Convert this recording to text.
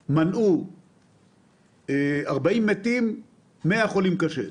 איכוני השב"כ מנעו 40 מתים ו-100 חולים קשה,